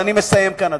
ואני מסיים כאן,